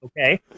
Okay